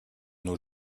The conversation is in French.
nos